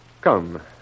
Come